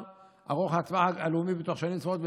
ארוך הטווח הלאומי בתוך שנים ספורות,